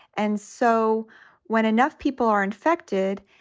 and so when enough people are infected,